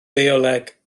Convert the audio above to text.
bioleg